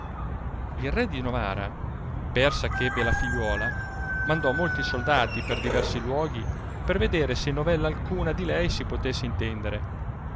il re di novara persa eh ebbe la figliuola mandò molti soldati per diversi luoghi per vedere se novella alcuna di lei si potesse intendere